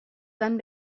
van